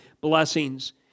blessings